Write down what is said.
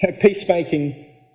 Peacemaking